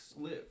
live